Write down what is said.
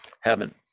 heaven